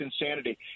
insanity